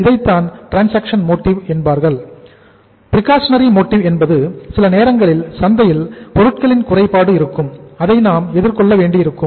இதைத்தான் transaction motive என்பது சில நேரங்களில் சந்தையில் பொருட்களின் குறைபாடு இருக்கும் அதை நாம் எதிர் கொள்ள வேண்டியிருக்கும்